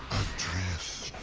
address